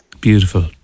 beautiful